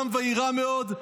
גם ויירא מאוד,